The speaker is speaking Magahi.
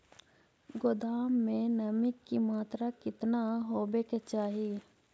गोदाम मे नमी की मात्रा कितना होबे के चाही?